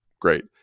Great